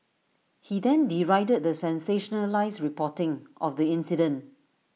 he then derided the sensationalised reporting of the incident